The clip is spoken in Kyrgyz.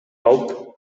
алып